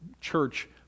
church